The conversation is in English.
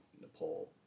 Nepal